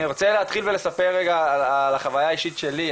אני רוצה לספר רגע על החוויה האישית שלי,